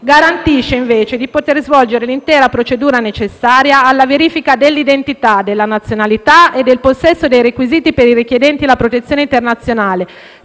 garantisce invece di svolgere l'intera procedura necessaria alla verifica dell'identità, della nazionalità e del possesso dei requisiti per i richiedenti la protezione internazionale,